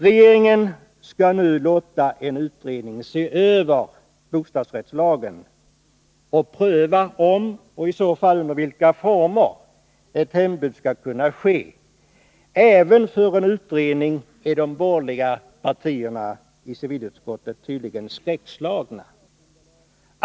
Regeringen skall nu låta en utredning se över bostadsrättslagen och pröva om och i så fall under vilka former hembud skall kunna ske. De borgerliga ledamöterna i civilutskottet är tydligen skräckslagna även för en utredning.